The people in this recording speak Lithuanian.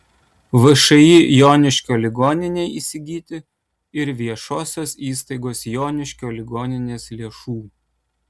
všį joniškio ligoninei įsigyti ir viešosios įstaigos joniškio ligoninės lėšų